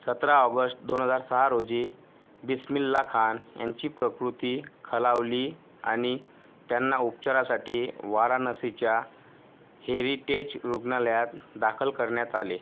सतरा ऑगस्ट दोन हजार सहा रोजी बिस्मिल्ला खान यांची प्रकृती खालावली आणि त्यांना उपचारासाठी वाराणसीच्या हेरिटेज रुग्णालयात दाखल करण्यात आले